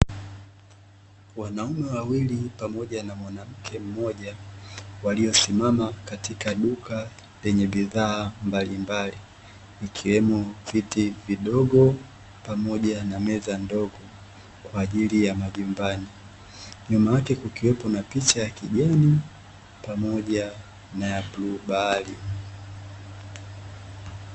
Wanaume wawili pamoja na mwanamke mmoja walio simama katika duka lenye bidhaa mbalimbali ikiwemo, viti vidogo pamoja na meza ndogo kwajili ya majumbani nyuma yake kukiwepo na picha ya kijani pamoja na ya bluu bahari